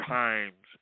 times